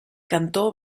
cantor